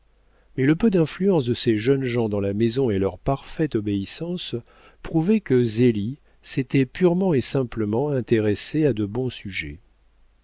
mais le peu d'influence de ces jeunes gens dans la maison et leur parfaite obéissance prouvaient que zélie s'était purement et simplement intéressée à de bons sujets